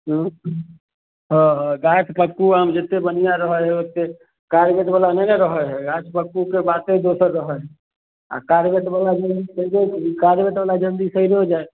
उँ हँ हँ गछपक्कू आम जतेक बढ़िआँ रहै हइ ओतेक कार्बेटवला नहि ने रहै हइ गछपक्कूके बाते दोसर रहै हइ आओर कार्बेटवला यदि खरिदै छी कार्बेटवला जल्दी सड़िओ जाइ हइ